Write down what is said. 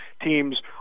teams